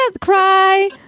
cry